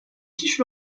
quiche